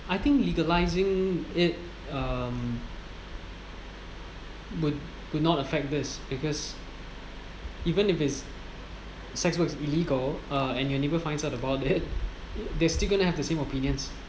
I think legalising it um would would not affect this because even if it is sex work illegal uh and you'll never find out about it they're still going to have the same opinions